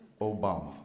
Obama